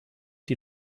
die